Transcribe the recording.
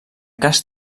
cas